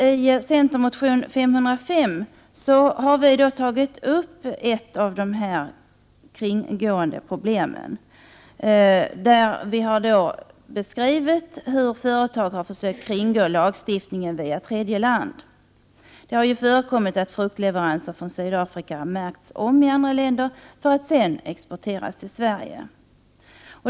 I centermotionen US50S har vi tagit upp ett av problemen och beskrivit hur företag har försökt kringgå lagstiftningen via tredje land. Det har förekommit att fruktleveranser från Sydafrika märkts om i andra länder för att sedan exporteras till Sverige.